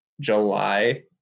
July